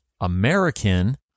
American